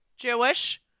Jewish